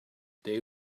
they